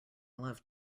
love